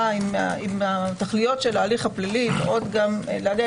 אם התכליות של ההליך הפלילי באות גם להגן.